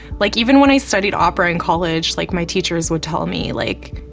like, even when i studied opera in college, like my teachers would tell me, like,